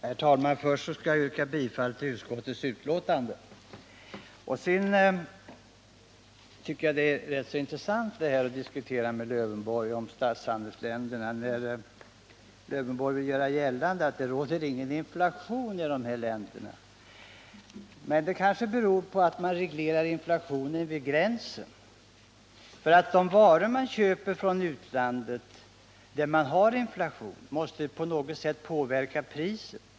Herr talman! Först skall jag yrka bifall till utskottets hemställan. Jag tycker att det är rätt intressant att diskutera statshandelsländerna med Alf Lövenborg. Han vill göra gällande att det inte råder någon inflation i dessa länder. Det kanske beror på att man reglerar inflationen vid gränsen. De varor man köper från utlandet, där det råder inflation, måste på något sätt påverka priserna.